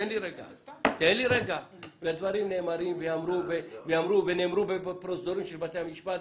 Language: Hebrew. דברים נאמרים ויאמרו בבתי המשפט,